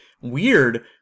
weird